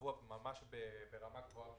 שקבוע ברמה גבוהה בחוק-היסוד.